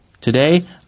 Today